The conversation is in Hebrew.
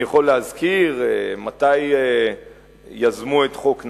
אני יכול להזכיר מתי יזמו את חוק נהרי,